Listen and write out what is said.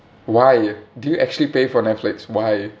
why do you actually pay for netflix why